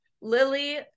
Lily